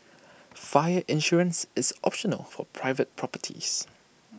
fire insurance is optional for private properties